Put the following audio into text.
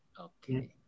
Okay